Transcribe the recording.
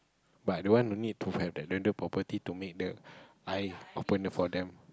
but i don't want the need to have that landed property to make the I open it for them